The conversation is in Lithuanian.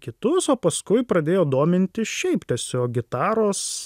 kitus o paskui pradėjo dominti šiaip tiesiog gitaros